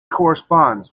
corresponds